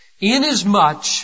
inasmuch